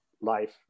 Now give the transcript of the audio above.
life